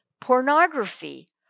pornography